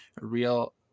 real